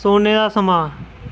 सौने दा समां